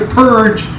purge